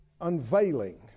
unveiling